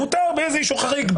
מותר באיזה אישור חריג,